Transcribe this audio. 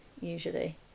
usually